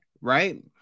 right